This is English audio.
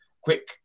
quick